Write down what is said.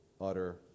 utter